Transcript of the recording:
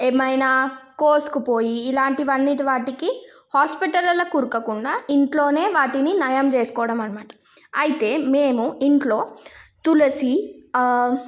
ఏమైనా కోసుకొనిపోయి ఇలాంటివి అన్నింటి వాటికి హాస్పిటల్లకు ఉరకకుండా ఇంట్లోనే వాటిని నయం చేసుకోవడం అన్నమాట అయితే మేము ఇంట్లో తులసి